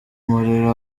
muriro